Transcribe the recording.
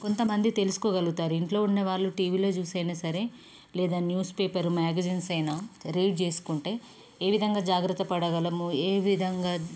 కొంత మంది తెలుసుకోగలుగుతారు ఇంట్లో ఉన్న వాళ్ళు టీ వీలో చూసైనా సరే లేదా న్యూస్ పేపరు మ్యాగిజైన్స్ అయినా రీడ్ చేసుకుంటే ఏ విధంగా జాగ్రత్త పడగలము ఏ విధంగా